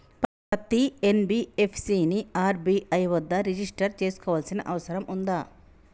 పత్తి ఎన్.బి.ఎఫ్.సి ని ఆర్.బి.ఐ వద్ద రిజిష్టర్ చేసుకోవాల్సిన అవసరం ఉందా?